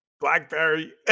Blackberry